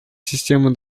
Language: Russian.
системы